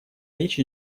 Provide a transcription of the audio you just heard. речь